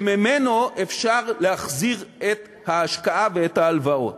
שממנו אפשר להחזיר את ההשקעה ואת ההלוואות.